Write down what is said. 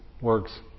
works